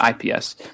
IPS